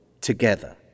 Together